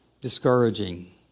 discouraging